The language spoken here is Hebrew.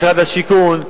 משרד השיכון,